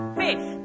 fish